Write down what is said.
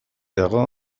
dago